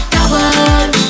Double